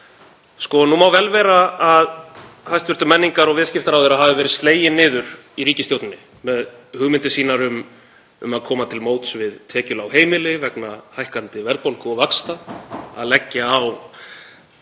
Nú má vel vera að hæstv. menningar- og viðskiptaráðherra hafi verið slegin niður í ríkisstjórninni með hugmyndir sínar um að koma til móts við tekjulág heimili vegna hækkandi verðbólgu og vaxta, að leggja á